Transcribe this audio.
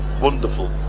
wonderful